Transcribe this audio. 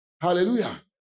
Hallelujah